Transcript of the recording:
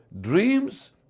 dreams